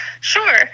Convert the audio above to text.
Sure